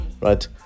Right